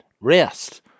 rest